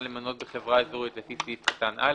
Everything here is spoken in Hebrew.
למנות בחברה אזורית לפי סעיף קטן (א),